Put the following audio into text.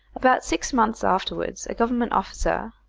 about six months afterwards a government officer,